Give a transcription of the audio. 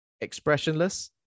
expressionless